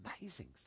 amazing